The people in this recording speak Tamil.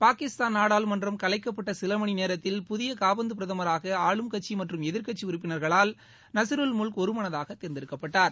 பாகிஸ்தான் நாடாளுமன்றம் கலைக்கப்பட்ட சில மணி நேரத்தில் புதிய காபந்து பிரதமராக ஆளும் கட்சி மற்றும் எதிர்கட்சி உறுப்பினர்களால் நசீருல் முல்க் ஒருமனதாக தேர்ந்தெடுக்கப்பட்டார்